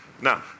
Now